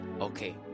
okay